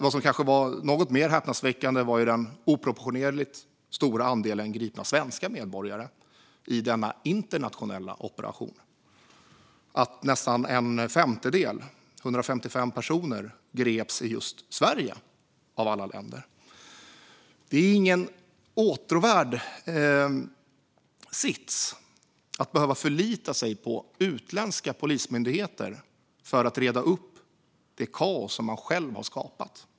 Något som var mer häpnadsväckande var den oproportionerligt stora andelen gripna svenska medborgare i denna internationella operation. Nästan en femtedel, 155 personer, greps i just Sverige av alla länder. Det är ingen åtråvärd sits att behöva förlita sig på utländska polismyndigheter för att reda upp det kaos man själv har skapat.